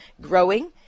growing